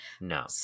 no